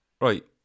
Right